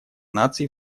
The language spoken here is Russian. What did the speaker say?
наций